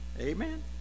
Amen